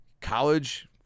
college